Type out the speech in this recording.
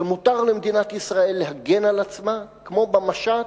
שמותר למדינת ישראל להגן על עצמה, כמו במשט,